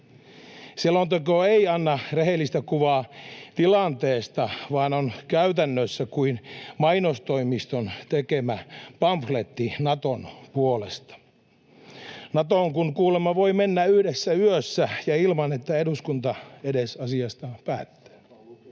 Selonteko ei anna rehellistä kuvaa tilanteesta, vaan on käytännössä kuin mainostoimiston tekemä pamfletti Naton puolesta. Natoon kun kuulemma voi mennä yhdessä yössä ja ilman, että eduskunta edes asiasta on päättänyt.